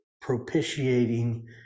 propitiating